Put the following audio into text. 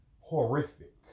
Horrific